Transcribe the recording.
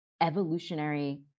evolutionary